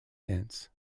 dance